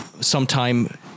sometime